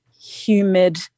humid